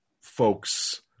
folks